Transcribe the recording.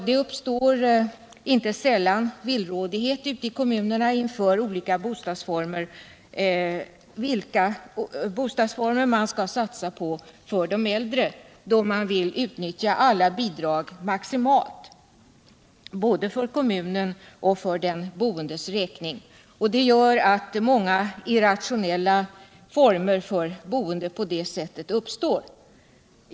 Det uppstår inte sällan villrådighet ute i kommunerna inför vilka bostadsformer man skall satsa på för de äldre, då man vill utnyttja alla bidrag maximalt både för kommunens och för de boendes räkning. Det gör att många irrationella former av boende på det sättet uppstår.